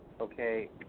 okay